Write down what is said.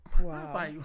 Wow